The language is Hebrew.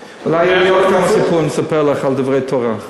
אולי יהיו לי עוד כמה סיפורים לספר לך על דברי תורה.